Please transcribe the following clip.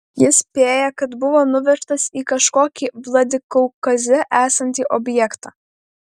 jis spėja kad buvo nuvežtas į kažkokį vladikaukaze esantį objektą